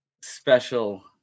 special